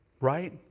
right